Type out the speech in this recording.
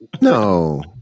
No